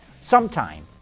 sometime